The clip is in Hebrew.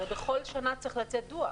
הרי בכל שנה צריך לצאת דוח.